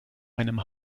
einem